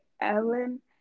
Ellen